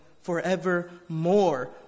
forevermore